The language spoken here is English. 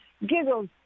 giggles